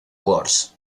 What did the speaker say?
wars